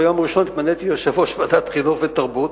ביום הראשון התמניתי ליושב-ראש ועדת החינוך והתרבות,